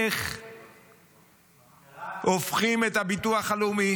איך הופכים את הביטוח הלאומי